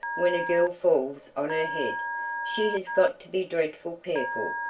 when a girl falls on her head she has got to be dreadful careful,